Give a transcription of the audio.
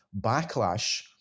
backlash